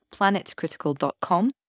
planetcritical.com